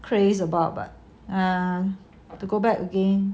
craze about but err to go back again